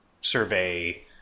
survey